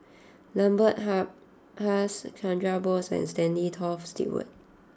Lambert Has Chandra Bose and Stanley Toft Stewart